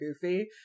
goofy